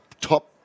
top